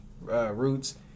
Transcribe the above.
Roots